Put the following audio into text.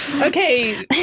Okay